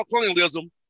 colonialism